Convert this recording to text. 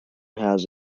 has